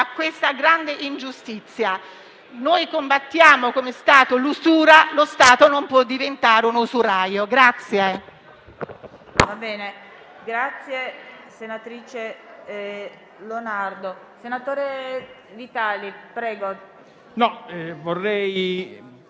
questa grande ingiustizia. Noi, come Stato, combattiamo l'usura; lo Stato non può diventare un usuraio.